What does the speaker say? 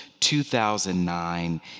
2009